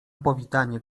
powitanie